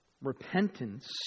Repentance